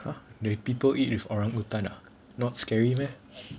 !huh! they people eat with orangutan ah not scary meh